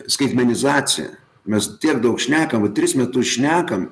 skaitmenizacija mes tiek daug šnekam vat tris metus šnekam